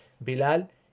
Bilal